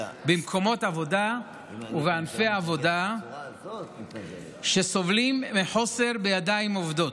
במקומות עבודה ובענפי עבודה שסובלים מחוסר בידיים עובדות.